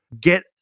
Get